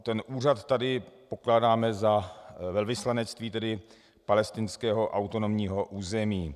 Ten úřad tady pokládáme za velvyslanectví palestinského autonomního území.